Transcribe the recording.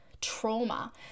trauma